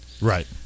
Right